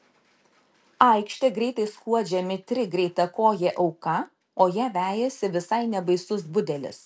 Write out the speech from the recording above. aikšte greitai skuodžia mitri greitakojė auka o ją vejasi visai nebaisus budelis